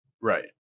Right